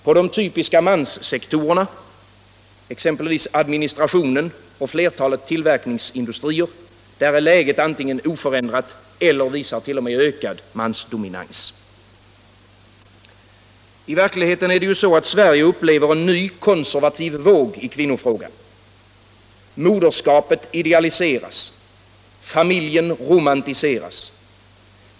På de typiska manssektorerna — administration och flertalet tillverkningsindustrier — är läget oförändrat; det finns t.o.m. ökad mansdominans. I verkligheten upplever Sverige en ny konservativ våg i kvinnofrågan. Moderskapet idealiseras. Familjen romantiseras.